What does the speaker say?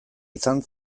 izan